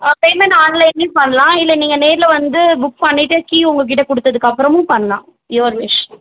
ஆ payment ஆன்லைன்லியும் பண்ணலாம் இல்லை நீங்கள் நேரில் வந்து புக் பண்ணிவிட்டு கீ உங்கள்கிட்ட கொடுத்ததுக்கப்பறமும் பண்ணலாம் யுவர் விஷ்